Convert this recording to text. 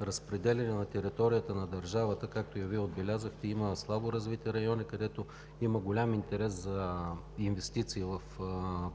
разпределение на територията на държавата. Както и Вие отбелязахте, има слабо развити райони, където има голям интерес за инвестиции в